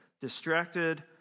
distracted